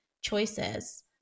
choices